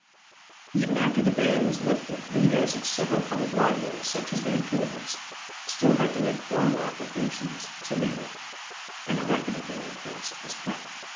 even after the ban was lifted readers at several public libraries such as vancouver's still had to make formal applications to read it and a record of their request was kept.